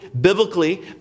biblically